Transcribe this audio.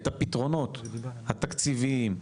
את הפתרונות התקציביים,